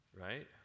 Right